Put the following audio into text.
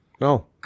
No